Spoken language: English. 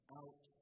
out